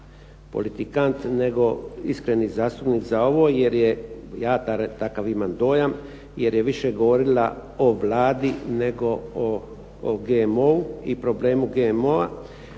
politikant nego iskreni zastupnik za ovo jer je, ja takav imam dojam, jer je više govorila o Vladi nego o GMO-u i problemu GMO-a